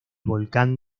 volcán